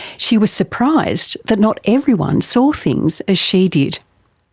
she was surprised that not everyone saw things as she did.